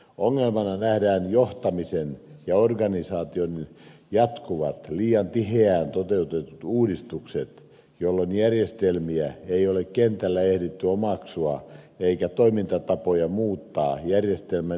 ongelmana nähdään johtamisen ja organisaation jatkuvat liian tiheään toteutetut uudistukset jolloin järjestelmiä ei ole kentällä ehditty omaksua eikä toimintatapoja muuttaa järjestelmän edellyttämällä tavalla